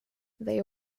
they